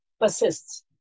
persists